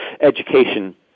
education